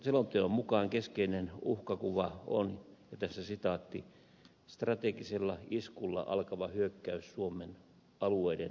selonteon mukaan keskeinen uhkakuva on strategisella iskulla alkava hyökkäys suomen alueiden valtaamiseksi